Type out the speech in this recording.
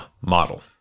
model